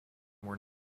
were